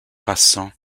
passants